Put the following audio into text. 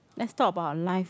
let's talk about life